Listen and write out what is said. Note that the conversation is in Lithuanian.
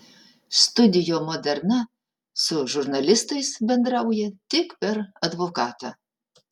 studio moderna su žurnalistais bendrauja tik per advokatą